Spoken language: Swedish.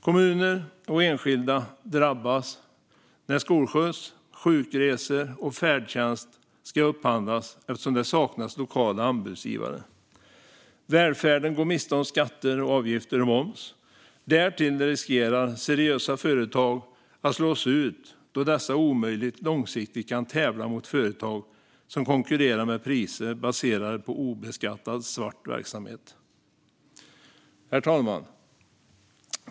Kommuner och enskilda drabbas när skolskjuts, sjukresor och färdtjänst ska upphandlas eftersom det saknas lokala anbudsgivare. Välfärden går miste om skatter, avgifter och moms. Därtill riskerar seriösa företag att slås ut då dessa omöjligt långsiktigt kan tävla mot företag som konkurrerar med priser baserade på obeskattad svart verksamhet. Herr talman!